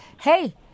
hey